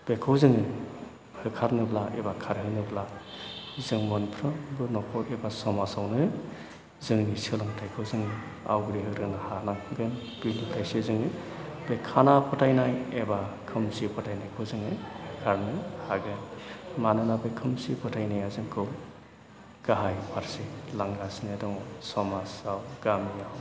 बेखौ जोङो होखारनोब्ला एबा खारहोनोब्ला जों मोनफ्रोमबो न'खर एबा समाजावनो जोंनि सोलोंथाइखौ जों आवग्रिहोग्रोनो हानांगोन बिनिफ्रायसो जोङो बे खाना फोथायनाय एबा खोमसि फोथायनायखौ जोङो होखारनो हागोन मानोना बे खोमसि फोथायनाया जोंखौ गाहाय फारसे लांगासिनो दङ समाजाव गामियाव